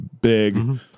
big